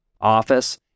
office